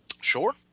Sure